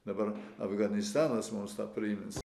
dabar afganistanas mums tą primins